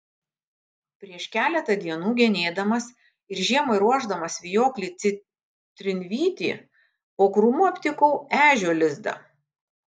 prieš keletą dienų genėdamas ir žiemai ruošdamas vijoklį citrinvytį po krūmu aptikau ežio lizdą